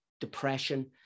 depression